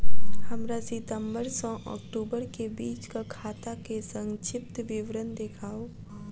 हमरा सितम्बर सँ अक्टूबर केँ बीचक खाता केँ संक्षिप्त विवरण देखाऊ?